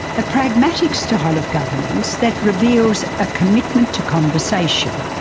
a pragmatic style of governance that reveals a commitment to conversation,